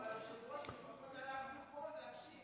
לפחות אנחנו פה להקשיב.